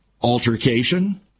Altercation